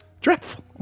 Dreadful